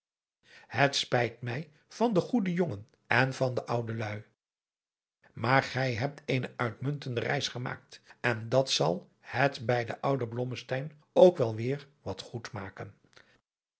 het spijt mij van den goeden jongen en van de oudeluî maar gij hebt eene uitmuntende reis gemaakt en dat zal het bij den ouden blommesteyn ook wel weêr wat goed maken